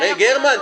אתה --- גרמן,